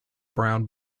brown